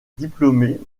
diplômée